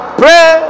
pray